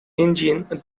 engine